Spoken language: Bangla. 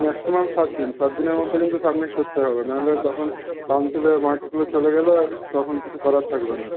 ম্যাক্সিমাম সাতদিন সাতদিনের মধ্যে কিন্তু সাবমিট করতে হবে না হলে তখন কাউন্সিলে মার্কসগুলো চলে গেলে আর তখন কিছু করার থাকবে না